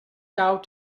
out